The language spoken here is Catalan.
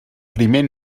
primer